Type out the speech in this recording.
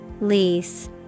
Lease